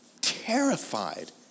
terrified